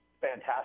fantastic